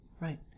Right